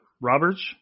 Roberts